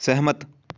ਸਹਿਮਤ